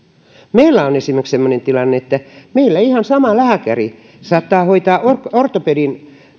meillä on esimerkiksi semmoinen tilanne että meillä ihan sama lääkäri saattaa hoitaa ortopedin